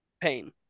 Pain